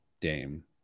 Dame